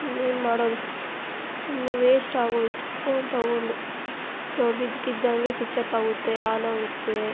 ಇನ್ನೇನು ಮಾಡೋದು ಸುಮ್ಮನೆ ವೇಶ್ಟ್ ಆಗೋಯಿತು ಫೋನ್ ತಗೊಂಡು ನೋಡು ಇದ್ದಕ್ಕಿದ್ದಂಗೆ ಸುಚ್ ಆಪ್ ಆಗುತ್ತೆ ಆನ್ ಆಗುತ್ತೆ